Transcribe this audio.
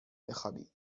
بخوابی